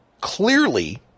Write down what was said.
clearly